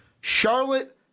Charlotte